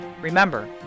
Remember